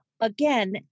again